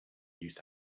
used